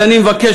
אז אני מבקש,